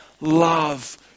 love